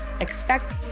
expect